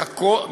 לחכות,